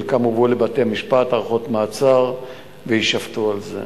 וחלקם הובאו לבתי-המשפט להארכות מעצר ויישפטו על זה.